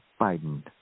Biden